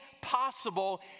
possible